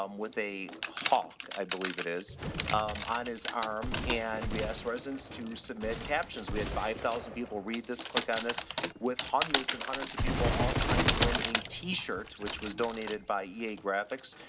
um with a hawk, i believe it is. i'm on his arm and we ask the residents to submit captions. we had five thousand people read this, click on this with hundreds and hundreds of people all trying to win a tee shirt, which was donated by yeah eaa graphics.